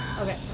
Okay